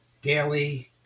daily